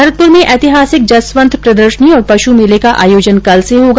भरतपुर में ऐतिहासिक जसवंत प्रदर्शनी और पशु मेले का आयोजन कल से होगा